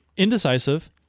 indecisive